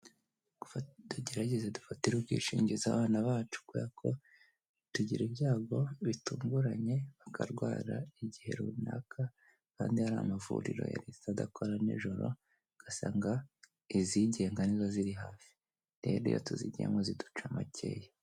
Tugerageza dufatire ubwishingizi abana bacu kubera ko tugira ibyago bitunguranye, bakarwara igihe runaka kandi hari amavuriro adakora nijoro, ugasanga izigenga nizo ziri hafi. Rero iyo tuzigiyemo ziduca makeya.